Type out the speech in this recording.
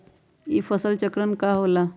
ई फसल चक्रण का होला?